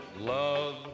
Love